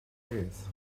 beth